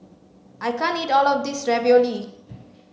I can't eat all of this Ravioli